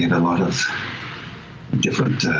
you know a lot of different